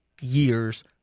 years